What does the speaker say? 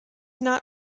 not